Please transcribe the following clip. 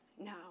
no